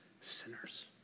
sinners